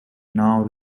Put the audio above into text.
now